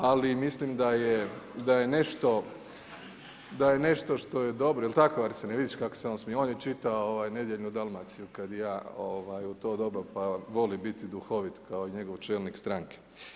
Ali, mislim da je nešto što je dobro, jel tako Arsen, jel vidiš kako se on smije, on je čitao, nedjeljnu Dalmaciju, kad i ja u to doba, pa voli biti duhovit, kao i njegov čelnik stranke.